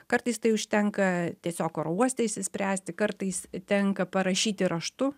kartais tai užtenka tiesiog aerouoste išsispręsti kartais tenka parašyti raštu